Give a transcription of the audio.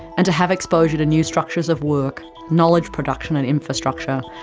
and to have exposure to new structures of work, knowledge production and infrastructure,